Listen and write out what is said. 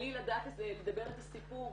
על --- מדברת את הסיפור.